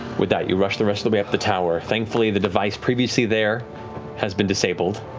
with that, you rush the rest of the way up the tower. thankfully, the device previously there has been disabled.